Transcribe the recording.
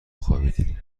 خوابیدیم